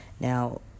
Now